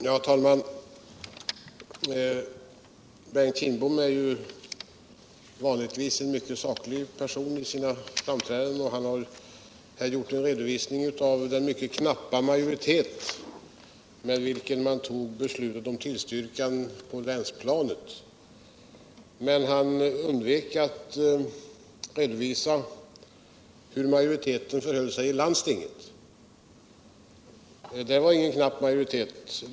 Herr talman ! Bengt Kindbom är vanligtvis en mycket saklig person vid sina framträdanden, och han har här redovisat den mycket knappa majoritet med vilken man fattade beslutet om tillstyrkan på länsplanet. Han undvek emellertid att redovisa hur det förhöll sig med majoriteten i landsunget. Där var det inte någon knapp majoritet.